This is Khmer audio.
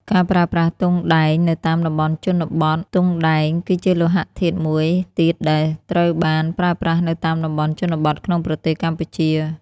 ការប្រើប្រាស់ទង់ដែងនៅតាមតំបន់ជនបទ ទង់ដែង គឺជាលោហៈធាតុមួយទៀតដែលត្រូវបានប្រើប្រាស់នៅតាមតំបន់ជនបទក្នុងប្រទេសកម្ពុជា។